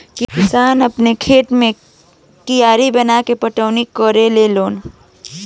किसान आपना खेत मे कियारी बनाके पटौनी करेले लेन